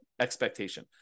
expectation